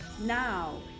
now